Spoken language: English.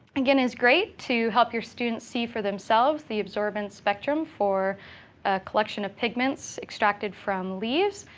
again, is great to help your students see for themselves the absorbance spectrum for a collection of pigments extracted from leaves,